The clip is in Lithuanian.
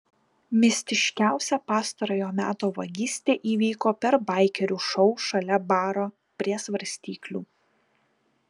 mistiškiausia pastarojo meto vagystė įvyko per baikerių šou šalia baro prie svarstyklių